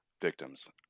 victims